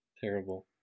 Terrible